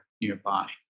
nearby